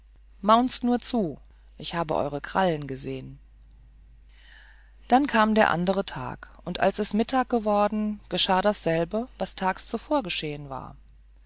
mauzt nur zu ich habe eure krallen gesehen dann kam der andere tag und als es mittag geworden geschah dasselbe was tags zuvor geschehen war